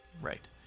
Right